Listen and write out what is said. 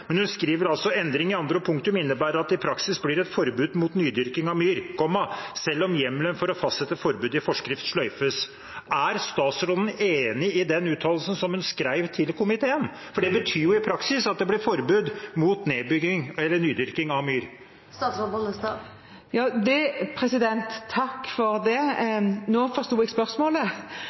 andre punktum innebærer at det i praksis blir et «forbud» mot nydyrking av myr, selv om hjemmelen for å fastsette forbud i forskrift sløyfes.» Er statsråden enig i den uttalelsen som hun skrev til komiteen? For det betyr i praksis at det blir forbud mot nydyrking av myr. Nå forsto jeg spørsmålet. Det jeg har svart i brevet, er jeg fullstendig klar over at jeg har svart, og jeg er enig i det jeg har svart. Jeg